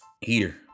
heater